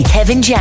Kevin